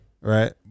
Right